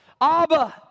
Abba